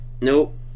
Nope